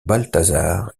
balthazar